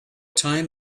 time